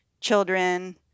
children